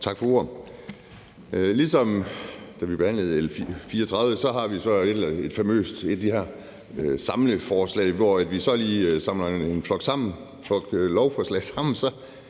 Tak for ordet. Ligesom da vi behandlede L 34, har vi så her et af de famøse samlelovforslag, hvor vi så lige samler en flok lovforslag sammen.